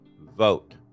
Vote